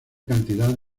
cantidad